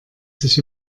sich